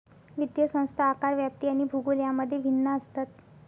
वित्तीय संस्था आकार, व्याप्ती आणि भूगोल यांमध्ये भिन्न असतात